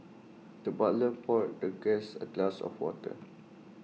the butler poured the guest A glass of water